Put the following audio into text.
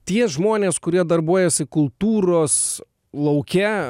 tie žmonės kurie darbuojasi kultūros lauke